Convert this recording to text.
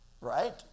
right